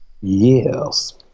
Yes